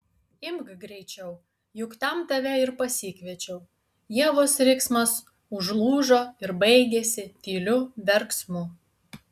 imk greičiau juk tam tave ir pasikviečiau ievos riksmas užlūžo ir baigėsi tyliu verksmu